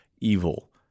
evil